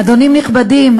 אדונים נכבדים,